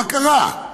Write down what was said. מה קרה?